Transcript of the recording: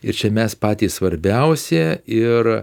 ir čia mes patys svarbiausi ir